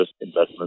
investment